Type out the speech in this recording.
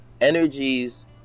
energies